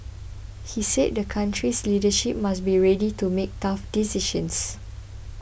he said the country's leadership must be ready to make tough decisions